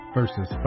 verses